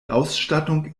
ausstattung